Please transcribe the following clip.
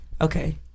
Okay